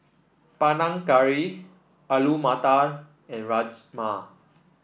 Panang Curry Alu Matar and Rajma